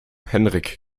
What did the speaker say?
henrik